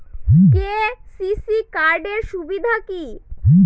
KCC card এর সুবিধা কি?